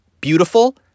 Beautiful